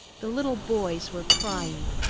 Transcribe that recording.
the little boys were crying.